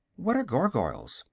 what are gargoyles?